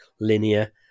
linear